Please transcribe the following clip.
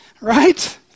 right